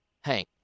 Hank